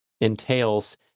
entails